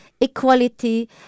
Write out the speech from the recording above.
equality